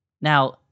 Now